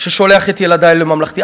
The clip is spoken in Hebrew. ששולח את ילדי לממלכתי,